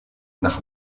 nach